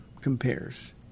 compares